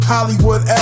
Hollywood